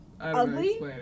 Ugly